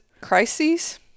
crises